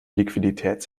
liquidität